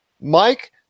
Mike